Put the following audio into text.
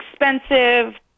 expensive